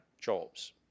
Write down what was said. jobs